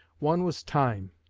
one was time